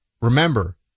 remember